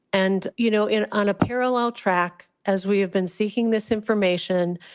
and, you know, in on a parallel track, as we have been seeking this information,